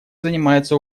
занимается